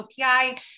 OPI